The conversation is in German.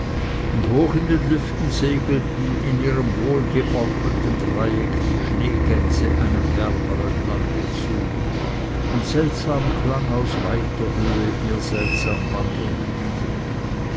und hoch in den lüften segelten in ihrem wohlgeordneten dreieck die schneegänse einem wärmeren lande zu und seltsam klang aus weiter höhe ihr seltsam